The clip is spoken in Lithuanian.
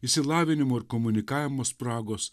išsilavinimo ir komunikavimo spragos